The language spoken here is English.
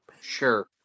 Sure